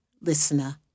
listener